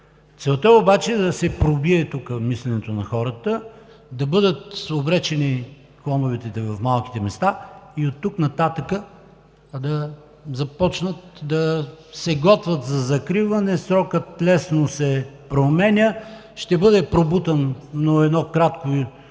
целта е обаче да се пробие тук мисленето на хората, да бъдат обречени клоновете в малките места и оттук нататък да започнат да се готвят за закриване. Срокът лесно се променя – ще бъде пробутана една малка